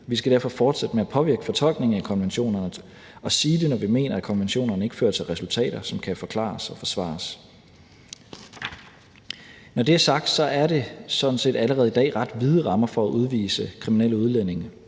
vi skal derfor fortsætte med at påvirke fortolkningen af konventioner og sige det, når vi mener, at konventionerne ikke fører til resultater, som kan forklares og forsvares. Når det er sagt, er der sådan set allerede i dag ret vide rammer for at udvise kriminelle udlændinge.